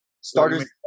Starters –